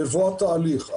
בבוא התהליך.